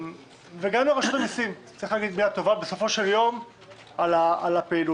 וגם לרשות המיסים צריך להגיד מילה טובה בסופו של יום על הפעילות.